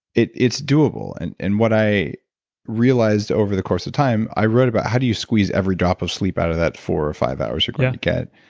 it's doable. and and what i realized over the course of time, i wrote about how do you squeeze every drop of sleep out of that four or five hours you're going to get,